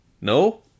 No